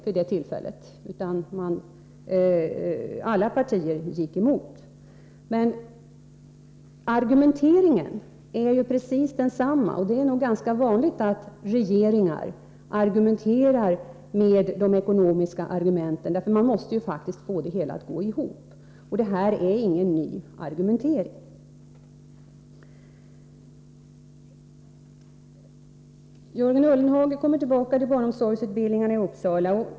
Vid det tillfället gick alla partier i riksdagen emot förslaget, men argumenteringen i dag är precis densamma. Det är nog ganska vanligt att regeringar använder sig av ekonomiska argument. De måste faktiskt få det hela att gå ihop. Det resonemang som förs i dag innebär alltså ingen ny argumentering. Jörgen Ullenhag kommer tillbaka till barnomsorgsutbildningarna i Uppsala.